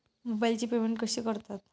मोबाइलचे पेमेंट कसे करतात?